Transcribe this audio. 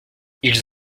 ils